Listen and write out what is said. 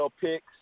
picks